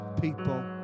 people